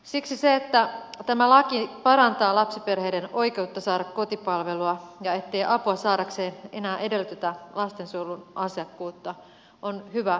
siksi se että tämä laki parantaa lapsiperheiden oikeutta saada kotipalvelua ja että apua saadakseen ei enää edellytetä lastensuojelun asiakkuutta on hyvä edistysaskel